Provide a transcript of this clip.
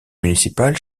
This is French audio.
municipal